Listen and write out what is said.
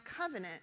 covenant